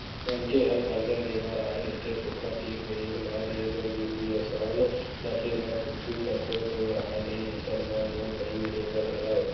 मनखे ह करजा लेय बर आय रहिथे ओखर तीर बेंक ल देय बर गिरवी असन रखे बर कुछु तको तो राहय नइ अइसन म लोन नइ मिले बर धरय